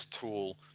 tool